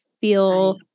feel